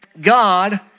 God